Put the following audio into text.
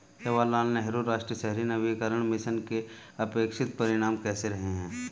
जवाहरलाल नेहरू राष्ट्रीय शहरी नवीकरण मिशन के अपेक्षित परिणाम कैसे रहे?